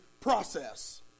process